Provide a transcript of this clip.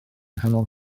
nghanol